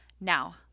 Now